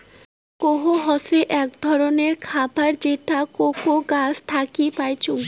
Coke হসে আক ধররনের খাবার যেটা কোকো গাছ থাকি পাইচুঙ